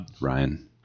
Ryan